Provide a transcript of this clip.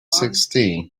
sixteen